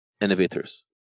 innovators